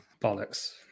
Bollocks